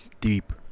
deep